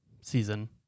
season